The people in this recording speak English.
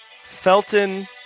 Felton